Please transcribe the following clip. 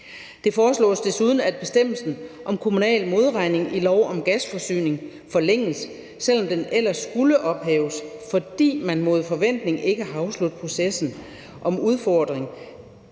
Det foreslås desuden, at bestemmelsen om kommunal modregning i lov om gasforsyning forlænges, selv om den ellers skulle ophæves, fordi man mod forventning ikke har afsluttet processen om udlodning